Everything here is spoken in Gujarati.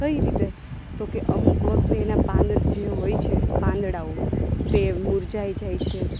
કઈ રીતે તો કે અમુક વખતે એના પાંદ જે હોય છે પાંદડાઓ તે મુરઝાઈ જાય છે